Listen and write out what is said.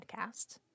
podcast